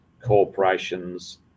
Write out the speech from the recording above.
corporations